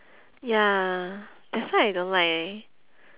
ya that's why I don't like